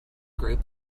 group